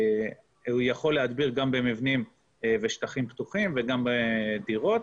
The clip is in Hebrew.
יכול להדביר גם במבנים ושטחים פתוחים וגם בדירות.